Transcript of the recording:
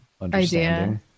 understanding